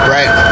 Right